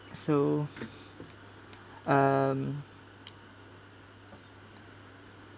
so um